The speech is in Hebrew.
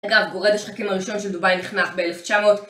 אגב, גורד השחקים הראשון של דובאי נחנך ב-1900